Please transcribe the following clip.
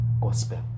gospel